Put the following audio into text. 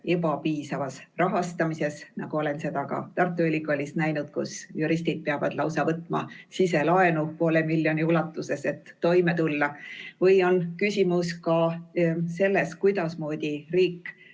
ebapiisavas rahastamises, nagu olen seda ka Tartu Ülikoolis näinud, kus juristid peavad lausa võtma siselaenu poole miljoni ulatuses, et toime tulla? Või on küsimus ka selles, kuidasmoodi riik